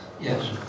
Yes